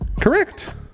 Correct